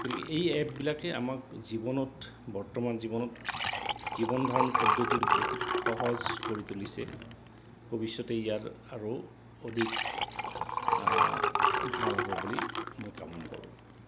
গতিকে এই এপবিলাকে আমাক জীৱনত বৰ্তমান জীৱনত জীৱন ধাৰণ পদ্ধতিতো বহুত সহজ কৰি তুলিছে ভৱিষ্যতে ইয়াৰ আৰু অধিক ভাল হ'ব বুলি মই কামনা কৰোঁ